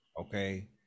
okay